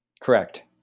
Correct